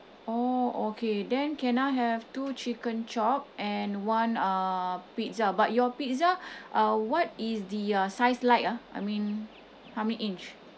oh okay then can I have two chicken chop and one uh pizza but your pizza uh what is the uh size like ah I mean how many inch